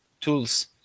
tools